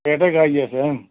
attack આવી જશે એમ